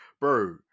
Bro